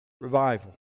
revival